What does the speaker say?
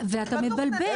ואתה מבלבל.